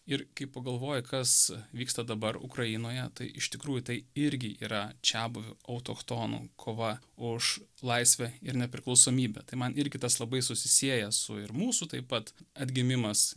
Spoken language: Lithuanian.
ir kai pagalvoji kas vyksta dabar ukrainoje tai iš tikrųjų tai irgi yra čiabuvių autochtonų kova už laisvę ir nepriklausomybę tai man irgi tas labai susisieja su ir mūsų taip pat atgimimas